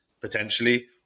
potentially